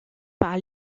par